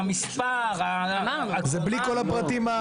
המספר --- זה בלי כל הפרטים,